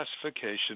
classification